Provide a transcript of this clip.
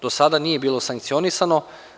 Do sada nije bilo sankcionisano.